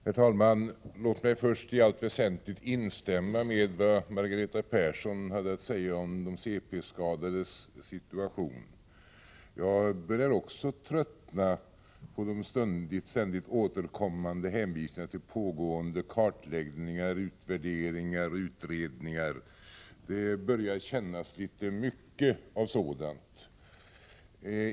Herr talman! Låt mig först i allt väsentligt instämma i vad Margareta Persson hade att säga om de cp-skadades situation. Jag börjar också tröttna på de ständigt återkommande hänvisningarna till pågående kartläggningar, utvärderingar och utredningar. Det börjar bli litet för mycket av sådant.